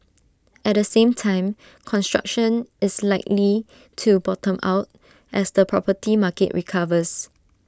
at the same time construction is likely to bottom out as the property market recovers